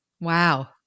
Wow